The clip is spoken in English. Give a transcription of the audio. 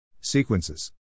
Sequences